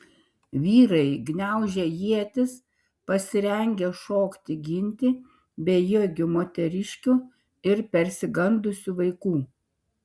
vyrai gniaužė ietis pasirengę šokti ginti bejėgių moteriškių ir persigandusių vaikų